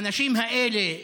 האנשים האלה דורשים,